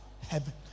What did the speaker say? heaven